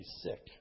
sick